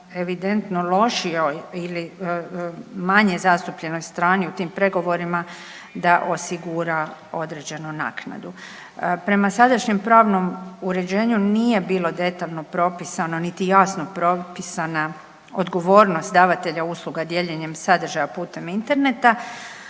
evidentno lošijoj ili manje zastupljenoj strani u tim pregovorima da osigura određenu naknadu. Prema sadašnjem pravnom uređenju nije bilo detaljno propisano niti jasno propisana odgovornost davatelja usluga dijeljenjem sadržaja putem interneta,